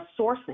sourcing